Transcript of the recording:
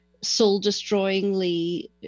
soul-destroyingly